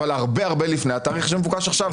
אבל הרבה הרבה לפני התאריך שמבוקש עכשיו.